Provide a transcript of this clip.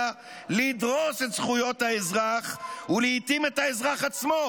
לדרוס את זכויות האזרח ולעיתים את האזרח עצמו,